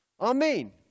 Amen